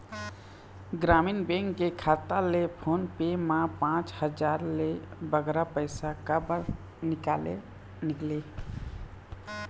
ग्रामीण बैंक के खाता ले फोन पे मा पांच हजार ले बगरा पैसा काबर निकाले निकले?